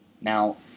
Now